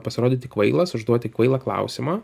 pasirodyti kvailas užduoti kvailą klausimą